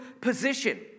position